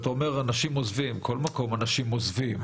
אתה אומר שאנשים עוזבים, בכל מקום אנשים עוזבים.